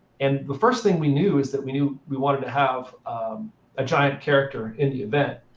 and the first thing we knew is that we knew we wanted to have a giant character in the event.